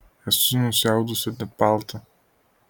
esu nusiaudusi net paltą